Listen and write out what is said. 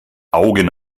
augen